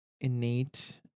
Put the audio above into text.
innate